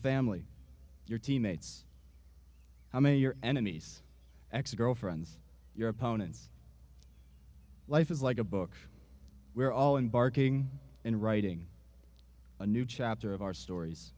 family your teammates how many your enemies xico friends your opponents life is like a book we're all embarking and writing a new chapter of our stories